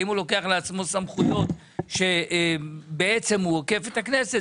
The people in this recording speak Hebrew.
האם הוא לוקח לעצמו סמכויות כאשר הוא בעצם עוקף את הכנסת,